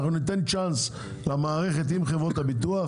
אנחנו ניתן צ'אנס למערכת עם חברות הביטוח